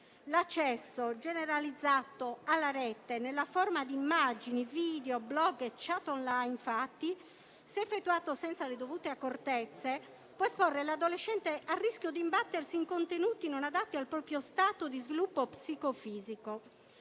L'accesso generalizzato alla rete nella forma di immagini, video, *blog* e *chat* *on line* se effettuato senza le dovute accortezze può esporre l'adolescente al rischio di imbattersi in contenuti non adatti al proprio stato di sviluppo psicofisico.